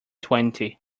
twenty